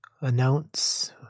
announce